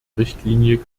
richtlinie